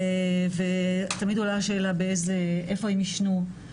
תמיד עולה השאלה איפה הם ישנו.